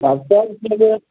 आब चाउर किनबेै